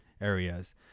areas